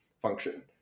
function